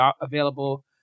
available